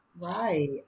Right